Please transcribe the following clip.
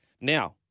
Now